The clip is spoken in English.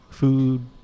Food